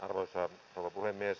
arvoisa rouva puhemies